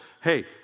Hey